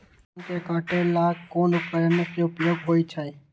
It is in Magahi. धान के काटे का ला कोंन उपकरण के उपयोग होइ छइ?